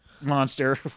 monster